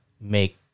make